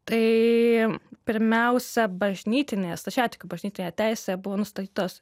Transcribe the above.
tai pirmiausia bažnytinėje stačiatikių bažnytine teise buvo nustatytos